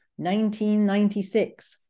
1996